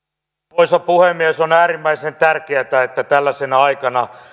arvoisa puhemies on äärimmäisen tärkeätä että tällaisena aikana